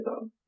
go